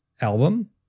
album